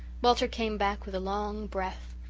walter came back with a long breath.